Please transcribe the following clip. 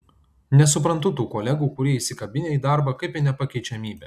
nesuprantu tų kolegų kurie įsikabinę į darbą kaip į nepakeičiamybę